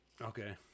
Okay